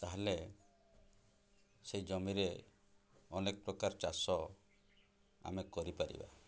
ତା'ହେଲେ ସେ ଜମିରେ ଅନେକ ପ୍ରକାର ଚାଷ ଆମେ କରିପାରିବା